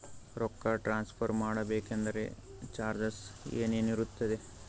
ರೊಕ್ಕ ಟ್ರಾನ್ಸ್ಫರ್ ಮಾಡಬೇಕೆಂದರೆ ಚಾರ್ಜಸ್ ಏನೇನಿರುತ್ತದೆ?